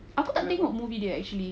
aku tak tengok movie dia actually